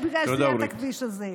בגלל סלילת הכביש הזה.